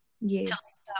Yes